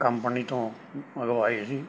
company ਤੋਂ ਮੰਗਵਾਏ ਸੀ